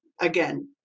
again